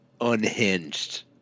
unhinged